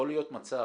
יכול להיות מצב